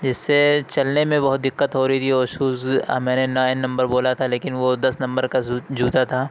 جس سے چلنے میں بہت دقت ہو رہی تھی وہ شوز آ میں نے نائن نمبر بولا تھا لیکن وہ دس نمبر کا جوتا تھا